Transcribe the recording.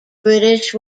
british